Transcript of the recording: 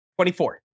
24